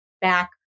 back